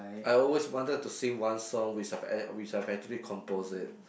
I always wanted to sing one song which I've ac~ which I actually compose it